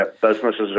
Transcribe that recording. businesses